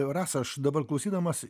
rasa aš dabar klausydamas